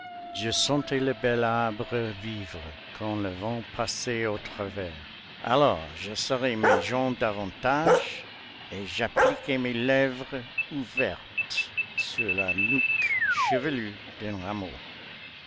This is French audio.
je sentais le bel arbre vivre quand le vent passait au travers alors je serrais mes jambes davantage et j'appliquais mes lèvres ouvertes sur la nuque chevelue d'un